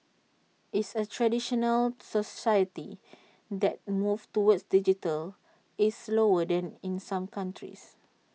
it's A traditional society and the move toward digital is slower than in some countries